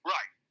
Right